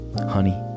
Honey